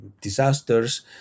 disasters